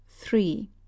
three